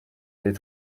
les